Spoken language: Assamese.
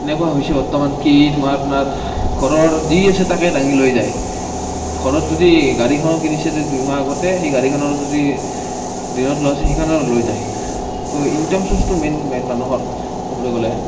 এনেকুৱা হৈছে বৰ্তমান কি আপোনাৰ ঘৰৰ যি আছে তাকেই দাঙি লৈ যায় ঘৰত যদি গাড়ীখনো কিনিছে যদি দুই মাহ আগতে সেই গাড়ীখনৰ যদি ঋণত লোৱা আছে সেইখনো লৈ যায় তো ইনকাম চ'ৰ্চটো মেইন মেইন মানুহৰ ক'বলৈ গ'লে